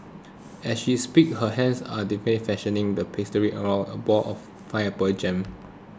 as she speaks her hands are deftly fashioning the pastry around a ball of pineapple jam